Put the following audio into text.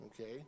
okay